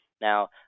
Now